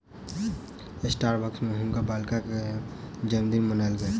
Starbucks में हुनकर बालिका के जनमदिन मनायल गेल